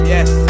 Yes